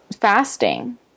fasting